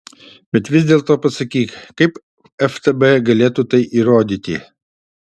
bet vis dėlto pasakyk kaip ftb galėtų tai įrodyti